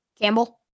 Campbell